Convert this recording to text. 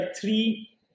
three